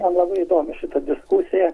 man labai įdomi ši diskusija